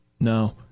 no